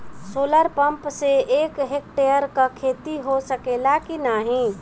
Solar pump से एक hectare क खेती हो सकेला की नाहीं?